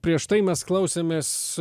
prieš tai mes klausėmės